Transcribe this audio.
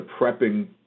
prepping